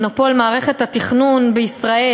מונופול מערכת התכנון בישראל.